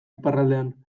iparraldean